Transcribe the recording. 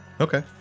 Okay